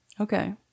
Okay